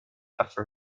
after